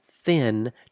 thin